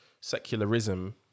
secularism